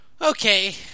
Okay